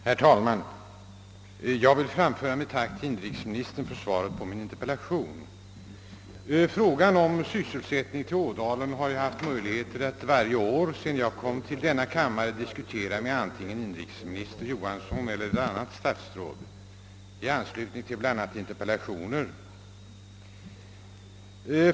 Herr talman! Jag vill framföra mitt tack till inrikesministern för svaret på min interpellation. Frågan om sysselsättning till Ådalen har jag haft möjlighet att varje år sedan jag kom till denna kammare diskutera med antingen inrikesminister Johansson eller något annat statsråd i anslutning till bl.a. interpellationer.